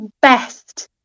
best